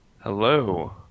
Hello